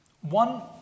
One